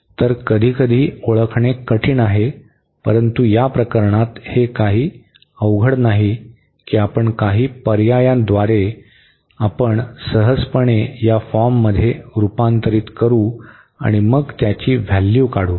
तर कधीकधी ओळखणे कठीण आहे परंतु या प्रकरणात हे काही इतके अवघड नाही की आपण काही पर्यायांद्वारे आपण सहजपणे या फॉर्ममध्ये रुपांतरित करू आणि मग त्याची व्हॅल्यू काढू